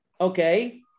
okay